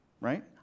right